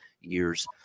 years